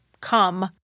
come